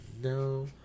No